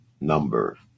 number